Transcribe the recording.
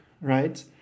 right